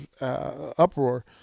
uproar